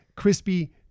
Crispy